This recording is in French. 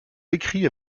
décrits